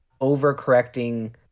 overcorrecting